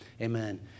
Amen